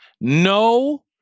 No